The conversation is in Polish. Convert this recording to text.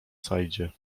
saidzie